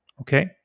okay